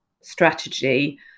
strategy